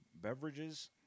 beverages